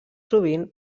sovint